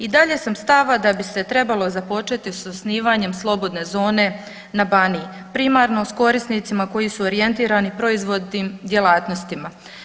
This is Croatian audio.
I dalje sam stava da bi se trebalo započeti s osnivanjem slobodne zone na Baniji, primarno s korisnicima koji su orijentirani proizvodnim djelatnostima.